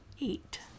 eight